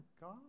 God